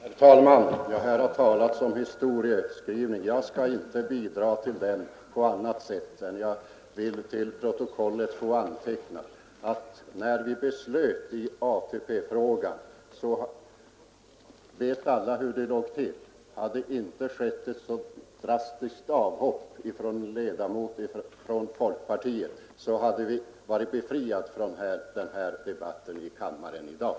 Herr talman! Här har talats om historieskrivning. Jag skall inte bidra till den på annat sätt än att jag vill göra en anteckning till protokollet: Alla vet hur det låg till när vi fattade beslut i ATP-frågan. Om det inte skett ett så drastiskt avhopp av en ledamot från folkpartiet då, hade vi varit befriade från den här debatten i kammaren i dag.